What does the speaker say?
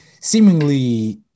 seemingly